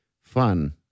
fun